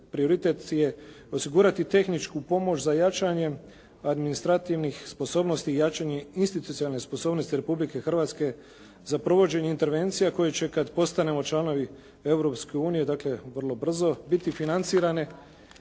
prioritet je osigurati tehničku pomoć za jačanjem administrativnih sposobnosti i jačanje institucionalne sposobnosti Republike Hrvatske za provođenjem intervencija koju će kada postanemo članovi Europske unije dakle vrlo brzo biti financirane